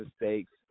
mistakes